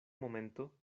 momento